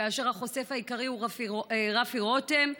כאשר החושף העיקרי הוא רפי רותם,